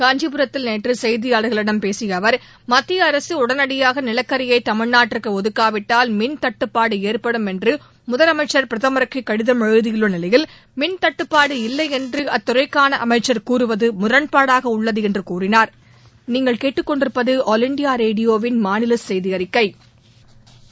காஞ்சிபுரத்தில் நேற்று செய்தியாளர்களிடம் பேசிய அவர் மத்திய அரசு உடனடியாக நிலக்கியை தமிழ்நாட்டிற்கு ஒதுக்காவிட்டால் மின் தட்டுபாடு ஏற்படும் என்று முதலமைக்ள் பிரதமருக்கு கடிதம் எழுதியுள்ள நிலையில் மின் தட்டுபாடு இல்லை என்று அத்துறைக்கான அமைச்சர் கூறுவது முரண்பாடாக உள்ளது என்று கூறினா்